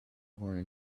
woman